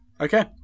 okay